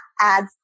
adds